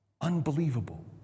unbelievable